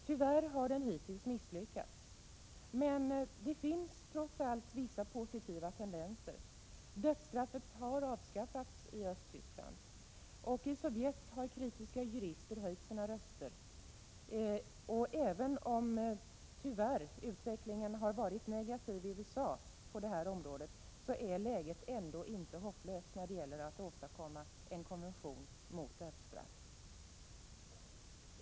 Tyvärr har det hittills misslyckats, men det finns trots allt vissa positiva tendenser. Dödsstraffet har avskaffats i Östtyskland, och i Sovjet har kritiska jurister höjt sina röster. Även om utvecklingen tyvärr har varit negativ i USA på det här området, är läget ändå inte hopplöst när det gäller att åstadkomma en konvention mot dödsstraff.